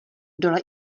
dole